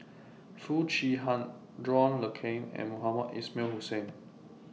Foo Chee Han John Le Cain and Mohamed Ismail Hussain